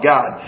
God